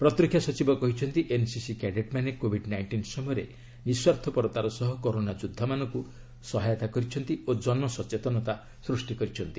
ପ୍ରତିରକ୍ଷା ସଚିବ କହିଛନ୍ତି ଏନ୍ସିସି କ୍ୟାଡେଟ୍ ମାନେ କୋବିଡ୍ ନାଇଣ୍ଟିନ୍ ସମୟରେ ନିସ୍ୱାର୍ଥପରତାର ସହ କରୋନା ଯୋଦ୍ଧାମାନଙ୍କୁ ସହାୟତା କରିଛନ୍ତି ଓ ଜନସଚେତନତା ସୃଷ୍ଟି କରିଛନ୍ତି